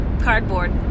cardboard